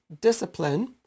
discipline